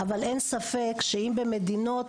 אבל אין ספק שאם במדינות,